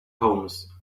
homes